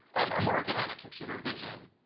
i'm working on a computer vision